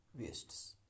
wastes